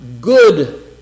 good